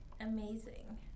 amazing